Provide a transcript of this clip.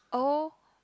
oh